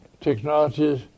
technologies